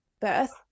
birth